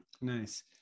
Nice